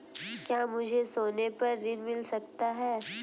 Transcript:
क्या मुझे सोने पर ऋण मिल सकता है?